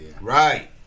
right